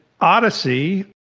Odyssey